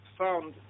found